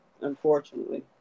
unfortunately